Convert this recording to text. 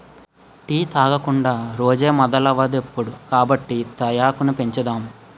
tea తాగకుండా రోజే మొదలవదిప్పుడు కాబట్టి తేయాకును పెంచుదాం